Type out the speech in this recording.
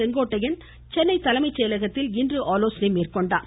செங்கோட்டையன் சென்னை தலைமை செயலகத்தில் இன்று ஆலோசனை மேற்கொண்டார்